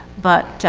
but